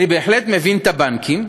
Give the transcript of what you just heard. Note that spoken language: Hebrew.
אני בהחלט מבין את הבנקים,